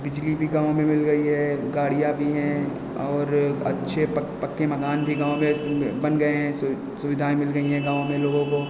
बिजली भी गाँव में मिल गई है गाड़ियाँ भी हैं और अच्छे प पक्के मकान भी गाँव में स बन गए हैं सु सुविधाएँ मिल गई है गाँव में लोगों को